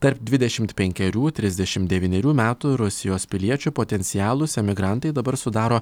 tarp dvidešimt penkerių trisdešim devynerių metų rusijos piliečių potencialūs emigrantai dabar sudaro